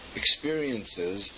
experiences